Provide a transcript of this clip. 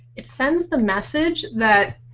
it sends the message that